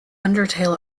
undertail